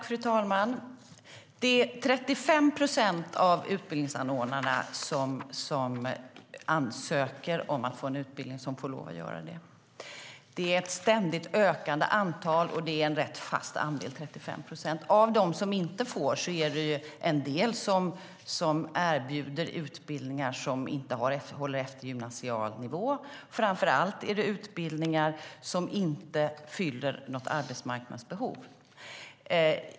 Fru talman! Det är 35 procent av de utbildningsanordnare som ansöker om att få en utbildning som får det. Det är ett ständigt ökande antal, och det är en rätt fast andel, 35 procent. Av dem som inte får det är det en del som erbjuder utbildningar som inte är på eftergymnasial nivå. Framför allt är det utbildningar som inte fyller något arbetsmarknadsbehov.